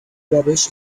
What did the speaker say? rubbish